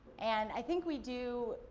and i think we do.